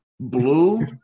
blue